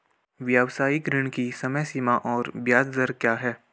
व्यावसायिक ऋण की समय सीमा और ब्याज दर क्या है?